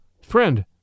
Friend